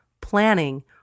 planning